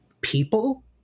People